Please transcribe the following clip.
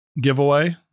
Giveaway